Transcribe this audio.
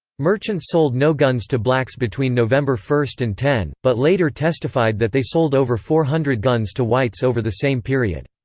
merchants sold no guns to blacks between november one and ten, but later testified that they sold over four hundred guns to whites over the same period.